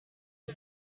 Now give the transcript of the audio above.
die